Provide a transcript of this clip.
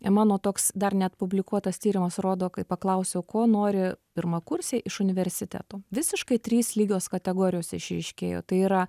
mano toks dar net publikuotas tyrimas rodo kai paklausiau ko nori pirmakursiai iš universiteto visiškai trys lygios kategorijos išryškėjo tai yra